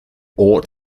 oort